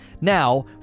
Now